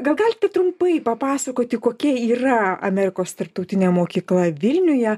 gal galite trumpai papasakoti kokia yra amerikos tarptautinė mokykla vilniuje